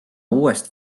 uuest